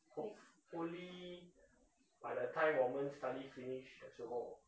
hopefully by the time 我们 study finish 的时候